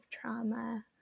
trauma